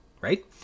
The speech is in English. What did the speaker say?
right